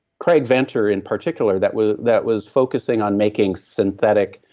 craig venter in particular that was that was focusing on making synthetic,